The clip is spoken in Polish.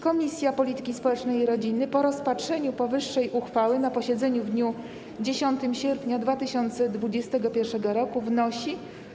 Komisja Polityki Społecznej i Rodziny po rozpatrzeniu powyższej uchwały na posiedzeniu w dniu 10 sierpnia 2021 r. wnosi: